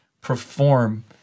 perform